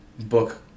book